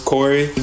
Corey